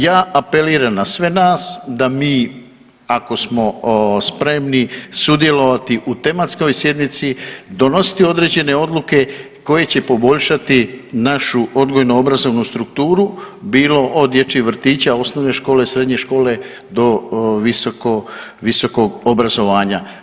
Ja apeliram na sve nas da mi ako smo spremni sudjelovati u tematskoj sjednici, donositi određene odluke koje će poboljšati našu odgojno-obrazovnu strukturu bilo od dječjih vrtića, osnovne škole, srednje škole do visokog obrazovanja.